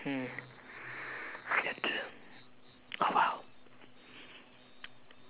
hmm that's oh !wow!